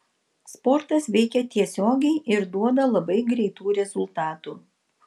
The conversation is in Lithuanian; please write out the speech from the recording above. sportas veikia tiesiogiai ir duoda labai greitų rezultatų